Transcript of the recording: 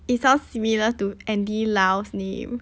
it sounds similar to andy lau's name